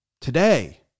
Today